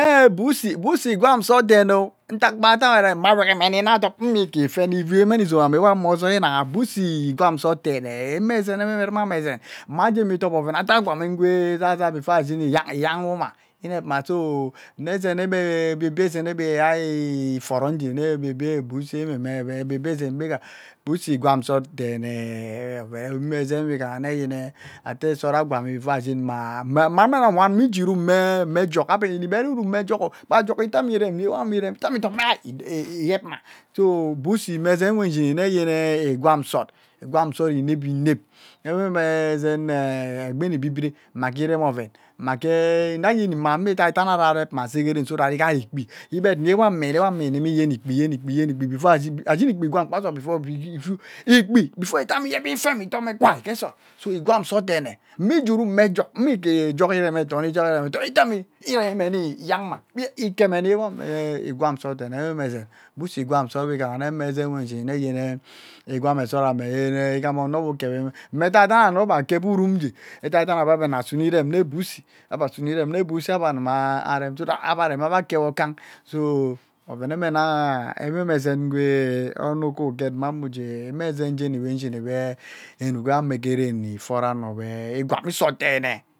Eeem buõsy, buõsy i gwam sot dene ntak kpatama rem, mma wege me ni nne adop mmeke fene ivuu emene izomame mmoo õzoi inaghã, buõsy iee gwam sot denee mee nnwee mme nweeme ẽzen Mma ageme idop oven, etea sot gwami Ngwee zaza iyang wuma inep mma inepma so nne ezene me be obie bie ezen ebe ai foro nje ne obie bie buosy nne ezen bega buosy e gwam sot dẽnẽ eehe mme ezen mme ezen we ghaha nwa ite sot a gwami before ashinma ma mmaa mmae nnawan nne ijie urum mee mme jok nne bere urum mee Joko kpa jok ite mme rem nne me itoma iyep mma so buosy me ezen we nshini nne eegwam sõt igwam sõt inep inep ewee mme ezen mnee nne igbi nni biibre mmage irem oven, mma ge eehee ayeni mmage edaidani ari, arep ma aasegeden so that ighot ikpi, ekpet nni eyen ikpi eyen ikpi eyen ikpi before ashini ashini nnee ikpi igwam gba sot before ateme ashini ikpi ikfema itõõ me ke sot kwa ke sot so igwam ke sot dene mme iJurum mme jok mme ke jok ireni etono iremi etono itame iremi me nni iyang ma keme nnyui eeh igwam so dene nweme ezen buosy is gwan sot mme nnwe me ezen we ishini mme yene igwamm sot me meyen igom ono we kevi, me edan edan ano be a kevi uzum edan edam abe nna sume nwe abe rem nne buosy ebesune irem ne buosy abe mme rem so that aremi ebe kewo kang so ovenme naaa nweme ezen ngwe ono kwe uket mme ujie ngwe mme ezen geni we ishini we inuk mme ke ren ifono ano we igwami sot deene